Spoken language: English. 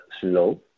slow